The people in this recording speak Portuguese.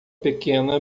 pequena